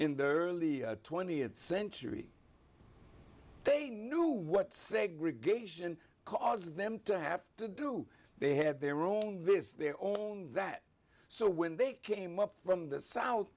in the early twentieth century they knew what segregation cause them to have to do they had their own lives their own that so when they came up from the south